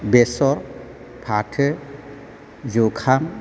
बेसर फाथो जुखाम